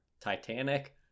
titanic